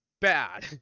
Bad